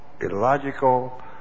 illogical